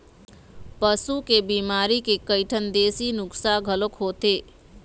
पशु के बिमारी के कइठन देशी नुक्सा घलोक होथे